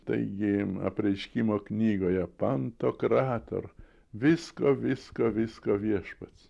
taigi apreiškimo knygoje pantocrator visko visko visko viešpats